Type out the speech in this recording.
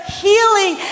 healing